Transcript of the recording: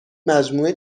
مجموعه